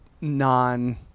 non